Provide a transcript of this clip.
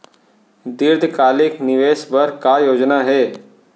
दीर्घकालिक निवेश बर का योजना हे?